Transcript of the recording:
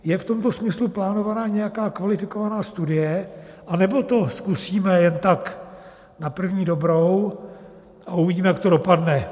Je v tomto smyslu plánovaná nějaká kvalifikovaná studie, anebo to zkusíme jen tak na první dobrou a uvidíme, jak to dopadne?